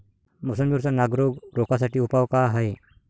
मोसंबी वरचा नाग रोग रोखा साठी उपाव का हाये?